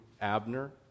Abner